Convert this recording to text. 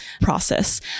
process